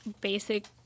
basic